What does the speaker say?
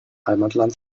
heimatland